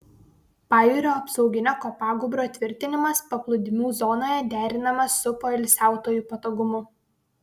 pajūrio apsauginio kopagūbrio tvirtinimas paplūdimių zonoje derinamas su poilsiautojų patogumu